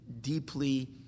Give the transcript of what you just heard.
deeply